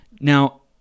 now